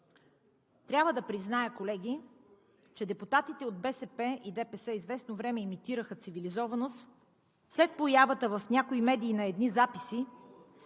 Трябва да призная, колеги, че депутатите от БСП и ДПС известно време имитираха цивилизованост след появата в някои медии на едни записи,